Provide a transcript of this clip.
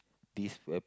this weap~